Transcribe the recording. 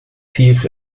tief